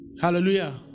Hallelujah